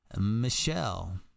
Michelle